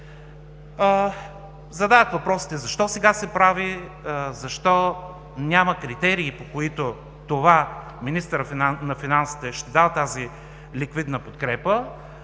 Зададох въпросите: защо сега се прави; защо няма критерии, по които министърът на финансите ще дава тази ликвидна подкрепа?